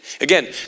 Again